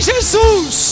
Jesus